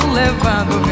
levando